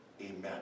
Amen